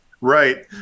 Right